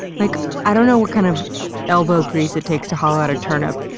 like i don't know what kind of elbow grease it takes to hollow out a turnip,